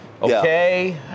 okay